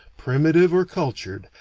primitive or cultured,